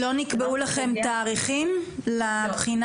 לא נקבעו לכם תאריכים לבחינה?